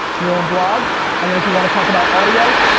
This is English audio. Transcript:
your own blog and then if you wanna talk about audio,